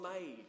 made